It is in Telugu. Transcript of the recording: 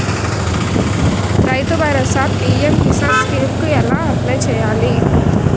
రైతు భరోసా పీ.ఎం కిసాన్ స్కీం కు ఎలా అప్లయ్ చేయాలి?